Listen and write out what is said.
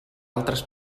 altres